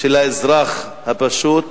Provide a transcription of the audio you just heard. של האזרח הפשוט,